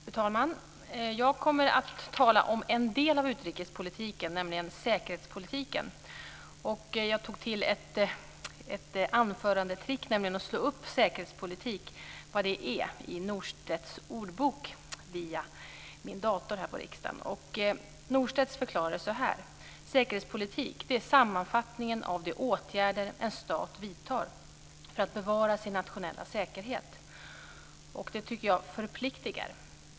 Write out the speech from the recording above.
Fru talman! Jag kommer att tala om en del av utrikespolitiken, nämligen säkerhetspolitiken. Jag tog till ett anförandetrick, nämligen att slå upp ordet säkerhetspolitik i Norstedts stora svenska ordbok via min dator här på riksdagen. Norstedts förklarar det så här: "säkerhetspolitik, sammanfattningen av de åtgärder en stat vidtar för att bevara sin nationella säkerhet". Det tycker jag förpliktigar.